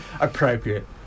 appropriate